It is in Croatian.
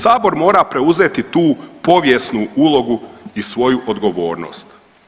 Sabor mora preuzeti tu povijesnu ulogu i svoju odgovornost.